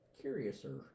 Curiouser